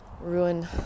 ruin